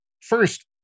first